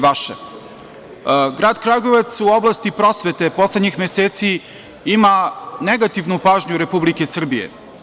Grad Kragujevac u oblasti prosvete poslednjih meseci ima negativnu pažnju Republike Srbije.